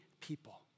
people